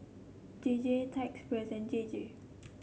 J J Thai Express J J